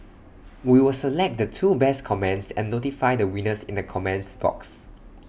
we will select the two best comments and notify the winners in the comments box